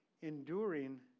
enduring